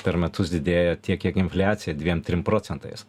per metus didėja tiek kiek infliacija dviem trim procentais